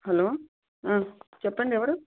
hello చెప్పండి ఎవరు